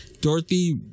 Dorothy